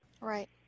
Right